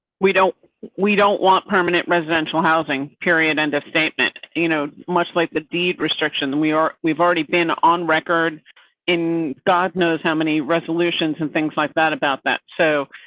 we don't we don't want permanent residential housing, period under statement you know much like the deed restriction that we are. we've already been on record in god knows how many resolutions and things like that about that. so.